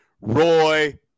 Roy